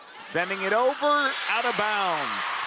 sending it over, out of bounds